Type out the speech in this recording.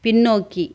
பின்னோக்கி